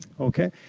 okay?